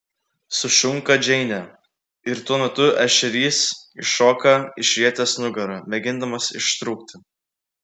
sušunka džeinė ir tuo metu ešerys iššoka išrietęs nugarą mėgindamas ištrūkti